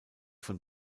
von